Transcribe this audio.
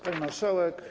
Pani Marszałek!